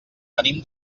venim